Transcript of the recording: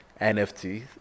NFT